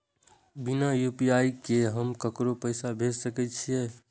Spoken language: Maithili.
बिना यू.पी.आई के हम ककरो पैसा भेज सके छिए?